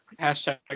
Hashtag